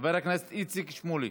חבר הכנסת איציק שמולי,